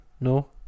no